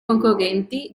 concorrenti